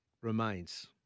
remains